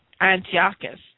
Antiochus